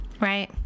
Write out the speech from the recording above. right